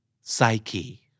Psyche